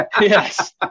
Yes